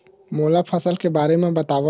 मोला फसल के बारे म बतावव?